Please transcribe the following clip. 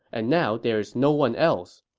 and now there's no one else.